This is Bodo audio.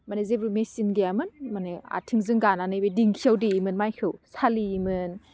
माने जेबो मेसिन गैयामोन माने आथिंजों गानानै बे दिंखियाआव देयोमोन माइखौ सालियोमोन